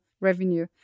revenue